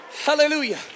Hallelujah